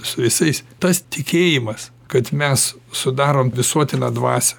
su visais tas tikėjimas kad mes sudarom visuotiną dvasią